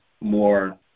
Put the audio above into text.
more